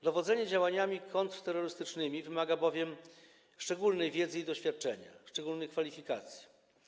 Dowodzenie działaniami kontrterrorystycznymi wymaga bowiem szczególnej wiedzy i doświadczenia, szczególnych kwalifikacji.